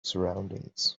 surroundings